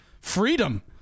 freedom